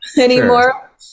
anymore